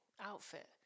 outfit